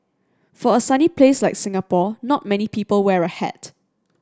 for a sunny places like Singapore not many people wear a hat